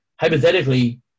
Hypothetically